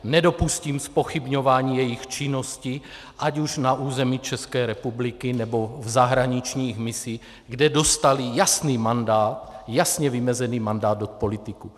Nedopustím zpochybňování jejich činnosti ať už na území České republiky, nebo v zahraničních misích, kde dostali jasný mandát, jasně vymezený mandát od politiků.